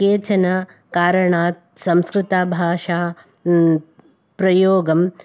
केचन कारणात् संस्कृतभाषा प्रयोगं